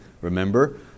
Remember